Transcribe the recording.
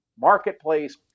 marketplace